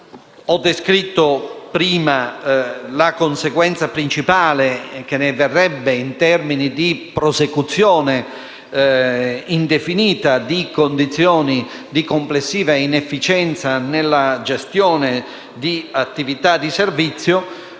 Ho descritto prima la conseguenza principale che ne deriverebbe in termini di prosecuzione indefinita di condizioni di complessiva inefficienza nella gestione di attività di servizio.